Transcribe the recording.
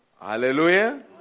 Hallelujah